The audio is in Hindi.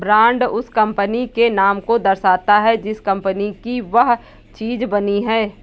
ब्रांड उस कंपनी के नाम को दर्शाता है जिस कंपनी की वह चीज बनी है